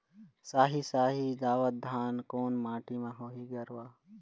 साही शाही दावत धान कोन माटी म होही गरवा?